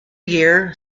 year